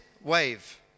wave